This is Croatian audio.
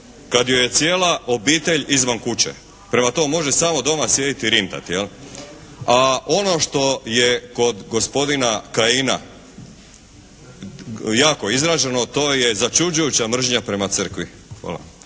kad joj je cijela obitelj izvan kuće. Prema tome može samo doma sjediti i rintati, jel. A ono što je kod gospodina Kajina jako izraženo to je začuđujuća mržnja prema Crkvi.